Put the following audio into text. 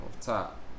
top